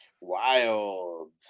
wild